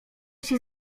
się